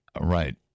right